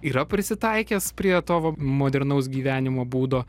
yra prisitaikęs prie to va modernaus gyvenimo būdo